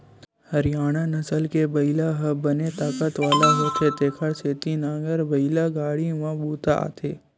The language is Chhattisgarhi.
हरियाना नसल के बइला ह बने ताकत वाला होथे तेखर सेती नांगरए बइला गाड़ी म बूता आथे